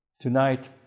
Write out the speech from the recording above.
Tonight